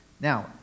Now